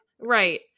Right